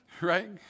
right